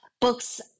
books